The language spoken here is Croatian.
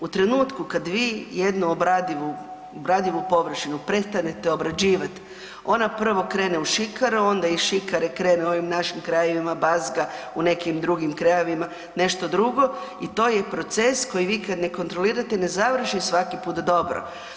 U trenutku kad vi jednu obradivu površinu prestanete obrađivat, ona prvo krene u šikaru, onda iz šikare krene ovim našim krajevima bazga, u nekim drugim krajevima nešto drugo i to je i proces koji vi kad ne kontrolirate, ne završi svaki put dobro.